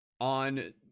on